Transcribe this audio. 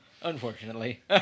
Unfortunately